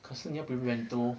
可是你要 prepare bento